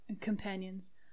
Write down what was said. companions